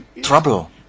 trouble